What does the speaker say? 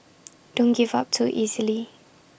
don't give up too easily